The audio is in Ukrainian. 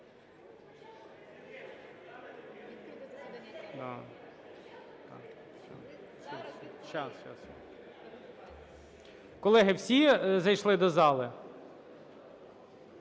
Колеги, всі зайшли до зали?